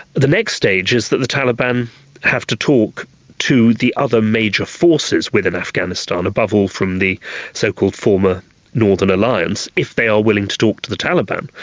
the next stage is that the taliban have to talk to the other major forces within afghanistan, above all from the so-called former northern alliance, if they are willing to talk the taliban.